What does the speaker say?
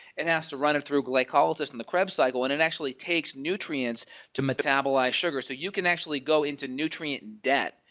and has to run them through glycolysis in the krebs cycle and it actually takes nutrients to metabolize sugar, so you can actually go into nutrient debt.